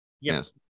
Yes